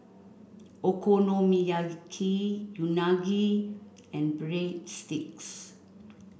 Okonomiyaki Unagi and Breadsticks